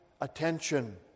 attention